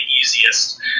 easiest